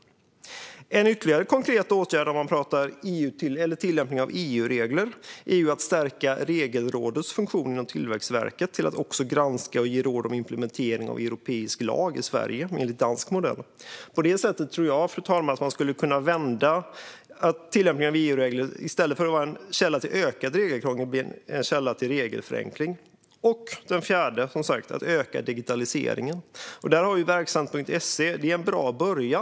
Ytterligare en konkret åtgärd gäller tillämpning av EU-regler. Man skulle kunna stärka Regelrådets funktion inom Tillväxtverket till att också granska och ge råd om implementeringen av europeisk lag i Sverige, enligt dansk modell. På det sättet tror jag att man skulle kunna vända det så att tillämpningen av EU-regler i stället för att vara en källa till ökat regelkrångel kan bli en källa till regelförenkling. Den fjärde åtgärden är som sagt att öka digitaliseringen. Vi har verksamt.se. Det är en bra början.